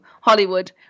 Hollywood